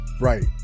right